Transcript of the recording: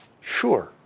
Sure